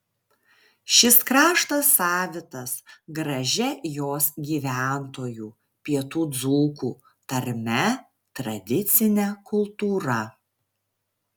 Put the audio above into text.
šis kraštas savitas gražia jos gyventojų pietų dzūkų tarme tradicine kultūra